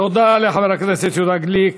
תודה לחבר הכנסת יהודה גליק.